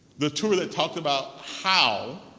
the tour that talked about how